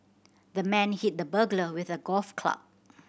the man hit the burglar with a golf club